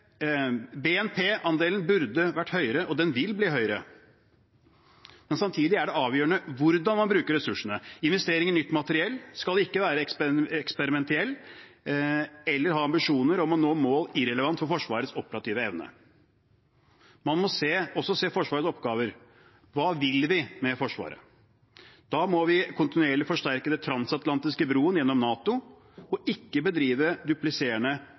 avgjørende hvordan man bruker ressursene. Investering i nytt materiell skal ikke være eksperimentell eller ha ambisjoner om å nå mål irrelevant for Forsvarets operative evne. Man må også se Forsvarets oppgaver. Hva vil vi med Forsvaret? Da må vi kontinuerlig forsterke den transatlantiske broen gjennom NATO og ikke bedrive dupliserende